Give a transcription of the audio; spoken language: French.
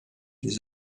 des